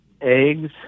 eggs